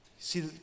See